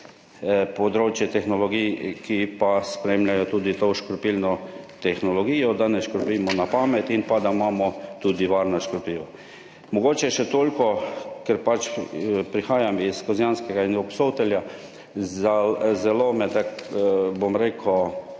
področje tehnologij, ki pa spremljajo tudi to škropilno tehnologijo, da ne škropimo na pamet in pa da imamo tudi varna škropiva. Mogoče še toliko, ker pač prihajam iz Kozjanskega in Obsotelja, tako bom rekel,